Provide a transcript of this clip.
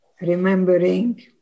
remembering